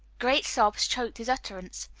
great sobs choked his utterance.